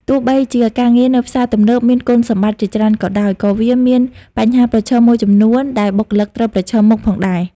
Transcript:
ទោះបីជាការងារនៅផ្សារទំនើបមានគុណសម្បត្តិជាច្រើនក៏ដោយ ក៏វាមានបញ្ហាប្រឈមមួយចំនួនដែលបុគ្គលិកត្រូវប្រឈមមុខផងដែរ។